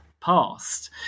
past